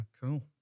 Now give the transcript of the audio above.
Cool